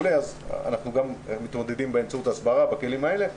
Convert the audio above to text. אז אנחנו גם מתמודדים באמצעות הסברה, בכלים האלה.